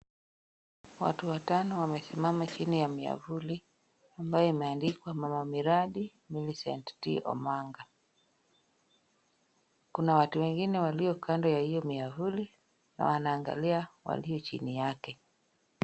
Watu watano wamesimama chini ya miavuli ambayo imeandikwa mama miradi, Millicent T. Omanga, kuna watu wengine walio kando ya hiyo miavuli, na wanaangalia walio chini yake.